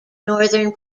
northern